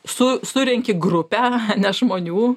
su surenki grupę žmonių